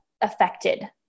affected